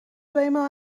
tweemaal